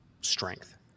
strength